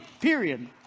Period